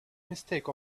mistake